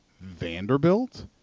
Vanderbilt